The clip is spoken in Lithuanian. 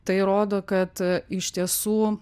tai rodo kad iš tiesų